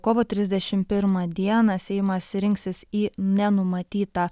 kovo trisdešimt pirmą dieną seimas rinksis į nenumatytą